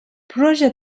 proje